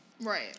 Right